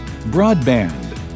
broadband